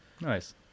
Nice